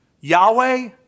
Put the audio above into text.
Yahweh